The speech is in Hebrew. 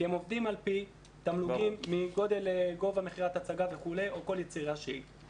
כי הם עובדים על פי תמלוגים מגובה מכירת הצגה או כל יצירה שהיא וכו'.